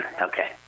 Okay